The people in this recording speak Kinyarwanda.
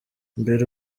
mbere